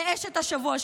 לאשת השבוע שלך.